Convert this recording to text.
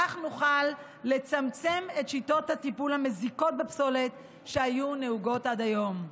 כך נוכל לצמצם את שיטות הטיפול המזיקות בפסולת שהיו נהוגות עד היום.